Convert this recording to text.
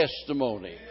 testimony